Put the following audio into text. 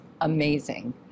amazing